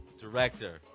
director